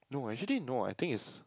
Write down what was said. no actually no I think is